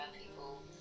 people